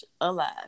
alive